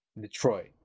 detroit